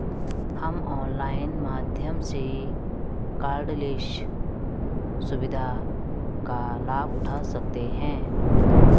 हम ऑनलाइन माध्यम से कॉर्डलेस सुविधा का लाभ उठा सकते हैं